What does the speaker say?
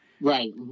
Right